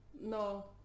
No